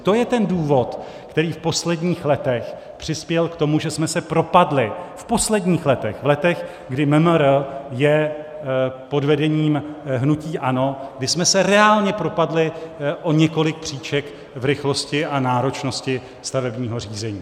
To je ten důvod, který v posledních letech přispěl k tomu, že jsme se propadli v posledních letech, v letech, kdy MMR je pod vedení hnutí ANO, kdy jsme se reálně propadli o několik příček v rychlosti a náročnosti stavebního řízení.